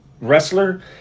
wrestler